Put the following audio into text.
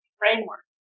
framework